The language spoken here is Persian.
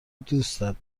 دوستت